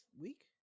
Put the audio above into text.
week